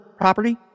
property